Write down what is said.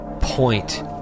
point